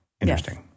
interesting